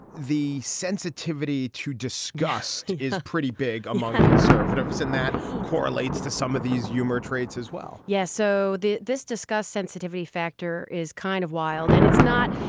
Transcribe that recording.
the sensitivity to disgust is pretty big among conservatives. and that correlates to some of these human traits as well yes. so this disgust, sensitivity factor is kind of wild. and it's not.